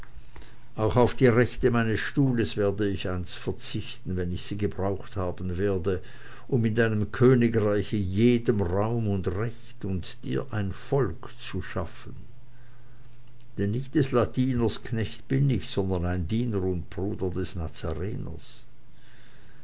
auch auf die rechte meines stuhles werde ich einst verzichten wann ich sie gebraucht haben werde um in deinem königreiche jedem raum und recht und dir ein volk zu schaffen denn nicht des latiners knecht bin ich sondern ein diener und bruder des